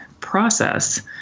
process